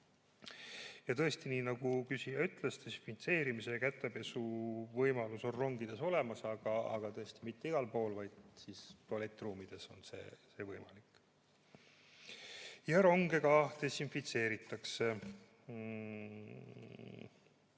Tõesti, nii nagu küsija ütles, desinfitseerimise ja kätepesuvõimalus on rongides olemas, aga mitte igal pool, vaid tualettruumides on see võimalik. Ronge ka desinfitseeritakse